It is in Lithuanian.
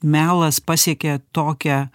melas pasiekė tokią